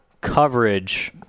coverage